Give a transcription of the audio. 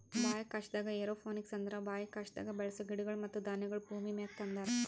ಬಾಹ್ಯಾಕಾಶದಾಗ್ ಏರೋಪೋನಿಕ್ಸ್ ಅಂದುರ್ ಬಾಹ್ಯಾಕಾಶದಾಗ್ ಬೆಳಸ ಗಿಡಗೊಳ್ ಮತ್ತ ಧಾನ್ಯಗೊಳ್ ಭೂಮಿಮ್ಯಾಗ ತಂದಾರ್